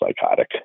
psychotic